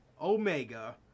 Omega